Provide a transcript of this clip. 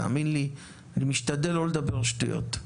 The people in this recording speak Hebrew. תאמין לי, אני משתדל לא לדבר שטויות.